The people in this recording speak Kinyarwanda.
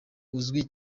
uzwi